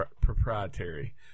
proprietary